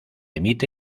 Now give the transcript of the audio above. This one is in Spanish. emite